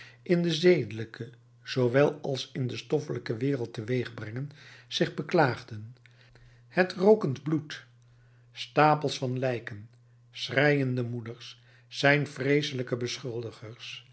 in de zedelijke zoowel als in de stoffelijke wereld teweegbrengen zich beklaagden het rookend bloed stapels van lijken schreiende moeders zijn vreeselijke beschuldigers